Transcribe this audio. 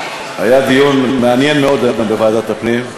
היה דיון מעניין מאוד היום בוועדת הפנים.